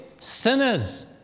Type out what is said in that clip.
sinners